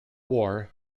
war